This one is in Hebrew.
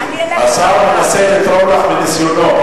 השר מנסה לתרום לך מניסיונו.